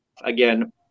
Again